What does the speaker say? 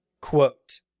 Quote